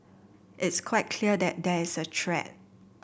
it's quite clear that there is a threat